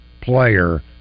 player